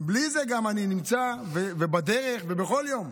גם בלי זה אני נמצא בדרך, ובכל יום.